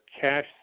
cash